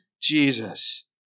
Jesus